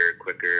quicker